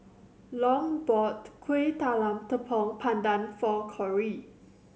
long bought Kuih Talam Tepong Pandan for Corrie